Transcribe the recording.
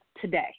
today